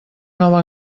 nova